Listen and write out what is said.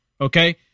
okay